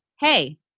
Hey